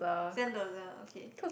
Sentosa